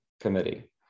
committee